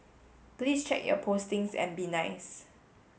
please check your postings and be nice